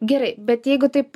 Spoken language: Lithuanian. gerai bet jeigu taip